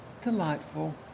delightful